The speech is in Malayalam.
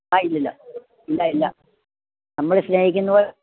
ആ ഇല്ല ഇല്ല ഇല്ല ഇല്ല നമ്മൾ സ്നേഹിക്കുന്നത്